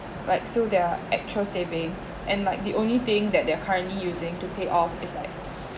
like so their actual savings and like the only thing that they are currently using to pay off is like